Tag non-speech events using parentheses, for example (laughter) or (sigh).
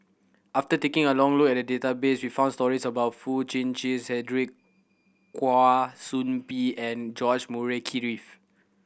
after taking a long look at the database we found stories about Foo Chee (unintelligible) Cedric Kwa Soon Bee and George Murray Key Reith